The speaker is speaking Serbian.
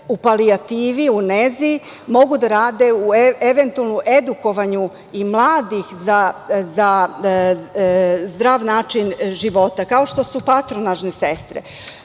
u palijativi, nezi, mogu da rade u eventualnom edukovanju i mladih za zdrav način života, kao što su patronažne sestre. Isti